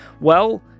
Well